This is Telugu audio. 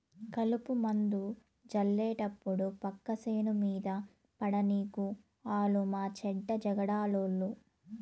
కలుపుమందు జళ్లేటప్పుడు పక్క సేను మీద పడనీకు ఆలు మాచెడ్డ జగడాలోళ్ళు